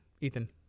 Ethan